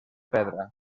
pedra